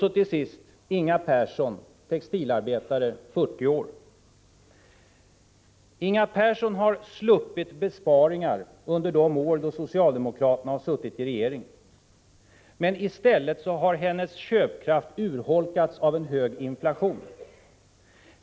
Så till sist några ord om Inger Persson, textilarbetare, 40 år. Inger Persson har sluppit drabbas av besparingar under de år socialdemokraterna suttit i regeringsställning, men i stället har hennes köpkraft urholkats av en hög inflation.